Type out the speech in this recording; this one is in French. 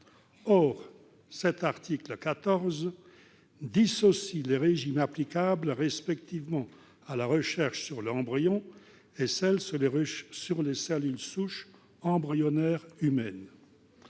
Or l'article 14 dissocie les régimes applicables respectivement à la recherche sur l'embryon et à celle sur les cellules souches embryonnaires humaines.